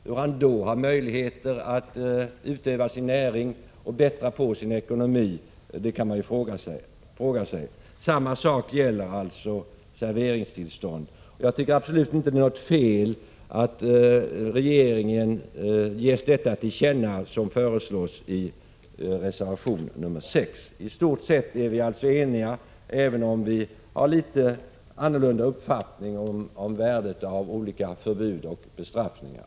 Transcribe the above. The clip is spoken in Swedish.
Man kan fråga sig vilka möjligheter han i så fall har att utöva sin näring och bättra på sin ekonomi. Samma sak gäller alltså för serveringstillstånd. Jag tycker absolut inte att det är något fel att regeringen, som det föreslås i reservation nr 6 ges till känna. Istort sett är vi alltså eniga, men vi har något annorlunda uppfattningar om värdet av olika förbud och bestraffningar.